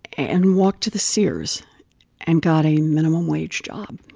and walked to the sears and got a minimum wage job.